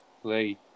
play